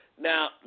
Now